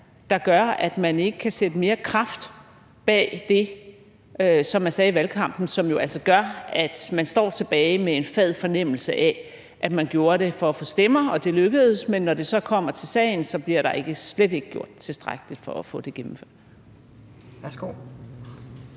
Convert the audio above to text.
der gør, at man ikke kan sætte mere kraft bag det, som man sagde i valgkampen, og som jo altså gør, at nogle står tilbage med en fad fornemmelse af, at man gjorde det for at få stemmer – og det lykkedes – men når det så kommer til sagen, bliver der slet ikke gjort tilstrækkeligt for at få det gennemført.